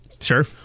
Sure